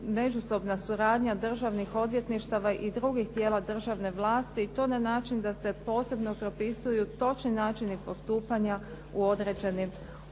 međusobna suradnja državnih odvjetništava i drugih tijela državne vlasti i to na način da se posebno propisuju točni načini postupanja u određenim okolnostima.